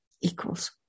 equals